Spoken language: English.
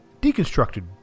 Deconstructed